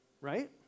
Right